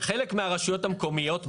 חלק מהרשויות המקומיות,